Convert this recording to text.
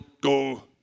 go